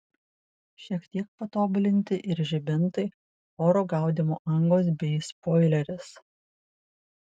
šiek tiek patobulinti ir žibintai oro gaudymo angos bei spoileris